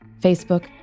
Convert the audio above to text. Facebook